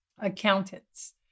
accountants